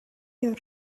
your